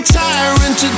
tyrant